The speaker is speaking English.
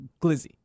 glizzy